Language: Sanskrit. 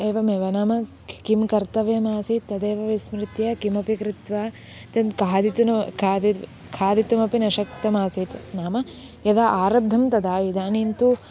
एवमेव नाम किं कर्तव्यम् आसीत् तदेव विस्मृत्य किमपि कृत्वा तद् खादितुं नो खादितुं खादितुमपि न शक्तम् आसीत् नाम यदा आरब्धं तदा इदानीं तु